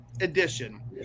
edition